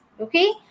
okay